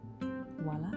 Voila